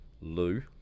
Lou